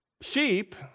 sheep